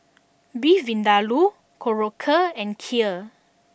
Beef Vindaloo Korokke and Kheer